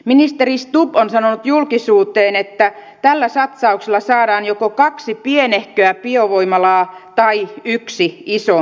ministeri stubb on sanonut julkisuuteen että tällä satsauksella saadaan joko kaksi pienehköä biovoimalaa tai yksi isompi